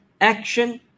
action